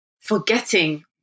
forgetting